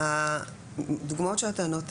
הדוגמאות שאתה נותן,